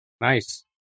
nice